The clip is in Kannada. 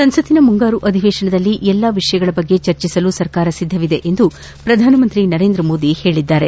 ಸಂಸತ್ನ ಮುಂಗಾರು ಅಧಿವೇಶನದಲ್ಲಿ ಎಲ್ಲ ವಿಷಯಗಳ ಬಗ್ಗೆ ಚರ್ಚಿಸಲು ಸರ್ಕಾರ ಸಿದ್ದವಿದೆ ಎಂದು ಪ್ರಧಾನಮಂತ್ರಿ ನರೇಂದ್ರ ಮೋದಿ ಹೇಳಿದ್ದಾರೆ